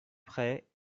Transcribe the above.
prés